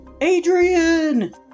Adrian